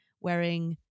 wearing